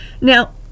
Now